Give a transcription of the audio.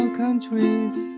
countries